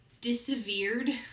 dissevered